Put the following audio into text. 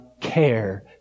care